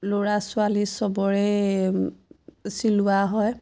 ল'ৰা ছোৱালী চবৰে চিলোৱা হয়